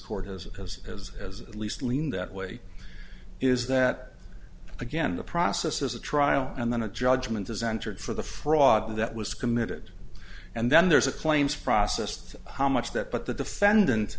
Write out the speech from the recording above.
court has as has as at least lean that way is that again the process is a trial and then a judgment is entered for the fraud that was committed and then there's a claims processed how much that but the defendant